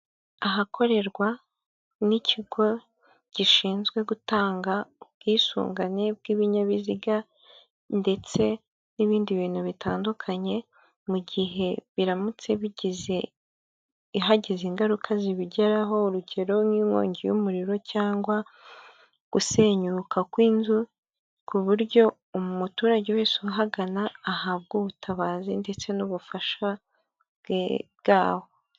Ahakorerwa n'ikigo gishinzwe gutanga ubwisungane bw'ibinyabiziga ndetse n'ibindi bintu bitandukanye mu gihe biramutse bigize ihagize ingaruka zibigeraho urugero nk'inkongi y'umuriro cyangwa gusenyuka kw'inzu ku buryo umuturage wese uhagana ahabwa ubutabazi ndetse n'ubufasha bwawo.